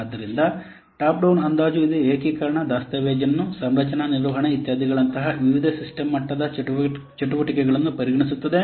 ಆದ್ದರಿಂದ top down ಅಂದಾಜು ಇದು ಏಕೀಕರಣ ದಸ್ತಾವೇಜನ್ನು ಸಂರಚನಾ ನಿರ್ವಹಣೆ ಇತ್ಯಾದಿಗಳಂತಹ ವಿವಿಧ ಸಿಸ್ಟಮ್ ಮಟ್ಟದ ಚಟುವಟಿಕೆಗಳನ್ನು ಪರಿಗಣಿಸುತ್ತದೆ